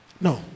No